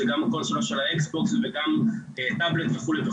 זו גם הקונסולה של האקס בוקס וגם הטאבלט וכולי.